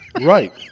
Right